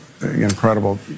incredible